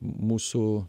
m mūsų